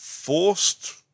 Forced